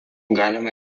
galima